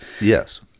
Yes